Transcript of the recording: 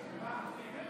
מלכיאלי,